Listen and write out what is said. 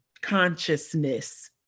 consciousness